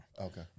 Okay